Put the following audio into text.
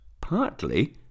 partly